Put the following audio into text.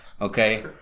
okay